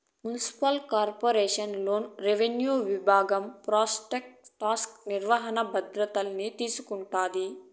municipal corporation లోన revenue విభాగం property tax నిర్వహణ బాధ్యతల్ని తీసుకుంటాది